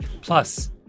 Plus